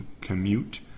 commute